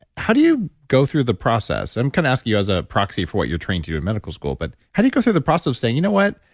how do you go through the process? i'm kind of asking you as a proxy for what you're trained to do in medical school but how do you go through the process of saying, you know what?